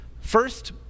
First